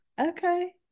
Okay